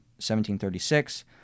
1736